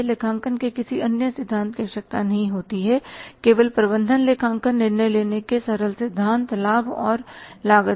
लेखांकन के किसी अन्य सिद्धांत की आवश्यकता नहीं होती है केवल प्रबंधन लेखांकन निर्णय लेने के सरल सिद्धांत लाभ और लागत हैं